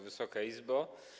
Wysoka Izbo!